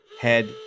head